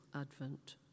Advent